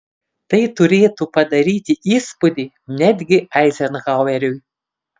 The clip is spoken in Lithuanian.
tai turėtų padaryti įspūdį netgi eizenhaueriui